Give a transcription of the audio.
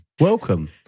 welcome